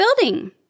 building